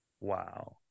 Wow